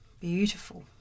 beautiful